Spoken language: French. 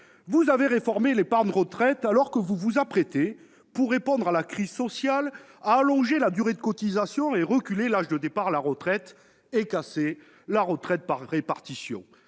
Vous avez réformé l'épargne retraite, alors que vous vous apprêtez, pour répondre à la crise sociale, à allonger la durée de cotisation, à reculer l'âge de départ à la retraite et à casser la retraite par répartition.